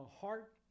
heart